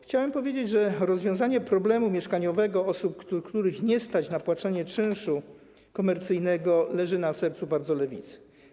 Chciałbym powiedzieć, że rozwiązanie problemu mieszkaniowego osób, których nie stać na opłacanie czynszu komercyjnego, bardzo leży na sercu Lewicy.